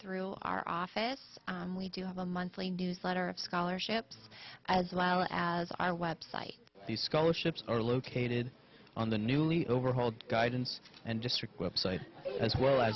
through our office we do have a monthly newsletter of scholarships as well as our website these scholarships are located on the newly overhauled guidance and district website as well